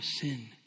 sin